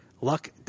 Luck